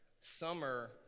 summer